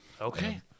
Okay